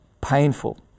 painful